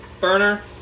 burner